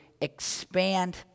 expand